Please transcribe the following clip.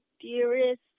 dearest